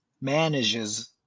manages